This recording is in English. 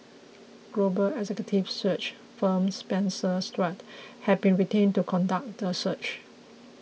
global executive search firm Spencer Stuart has been retained to conduct the search